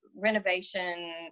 renovation